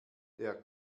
der